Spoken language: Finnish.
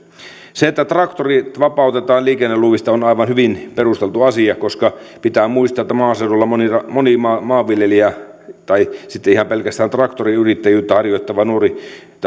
se että traktorit vapautetaan liikenneluvista on aivan hyvin perusteltu asia koska pitää muistaa että maaseudulla moni maanviljelijä tai sitten ihan pelkästään traktoriyrittäjyyttä harjoittava